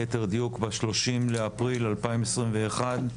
ליתר דיוק ב-30 באפריל 2021,